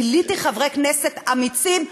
גיליתי חברי כנסת אמיצים,